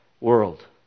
world